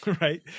right